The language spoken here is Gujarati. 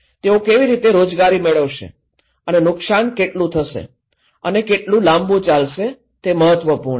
તેઓ કેવી રીતે રોજગારી મેળવશે અને નુકશાન કેટલું થશે અને કેટલું લાંબું ચાલશે તે મહત્વપૂર્ણ છે